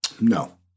No